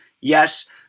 Yes